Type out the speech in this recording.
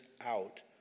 out